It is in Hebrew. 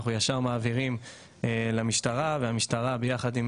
אנחנו ישר מעבירים למשטרה והמשטרה ביחד עם